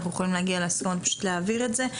אנחנו יכולים להגיע להסכמות ופשוט להעביר את זה,